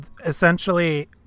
essentially